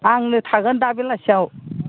आंनो थागोन दा बेलासियाव